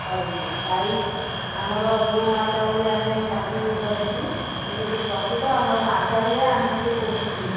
ପାଇଛୁ ଗାଈ ଆମର ଗୋମାତା ବୋଲି ଆମେ ତାଙ୍କୁ ଧରିଛୁ କିନ୍ତୁ ସେ ପ୍ରକୃତ ଆମର ମାତା ଭଳିଆ ଆମକୁ ସେ ପୋଷୁଥିଲେ